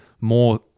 more